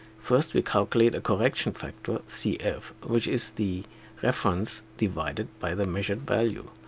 first we calculate a correction factor cf which is the reference divided by the measured value.